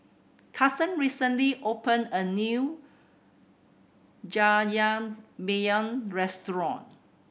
Karson recently opened a new Jajangmyeon Restaurant